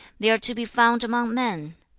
they are to be found among men.